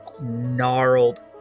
gnarled